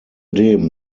dem